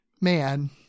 man